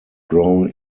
grown